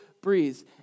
breeze